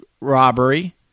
robbery